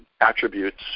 attributes